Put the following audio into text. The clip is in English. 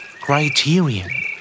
criterion